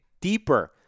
deeper